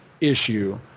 issue